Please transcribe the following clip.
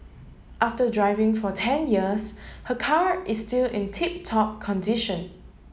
after driving for ten years her car is still in tip top condition